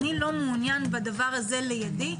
אני לא מעוניין בדבר הזה לידי.